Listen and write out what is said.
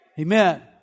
Amen